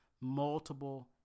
multiple